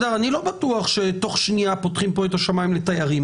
אני לא בטוח שתוך שנייה יפתחו את השמיים לתיירים,